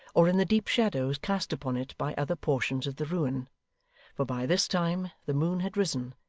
or in the deep shadows cast upon it by other portions of the ruin for by this time the moon had risen,